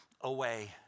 away